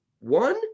One